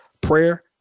prayer